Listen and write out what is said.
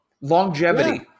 longevity